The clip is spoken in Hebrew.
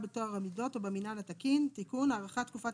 בטוהר המידות או במינהל התקין)(תיקון הארכת תקופת